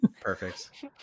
Perfect